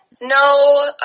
No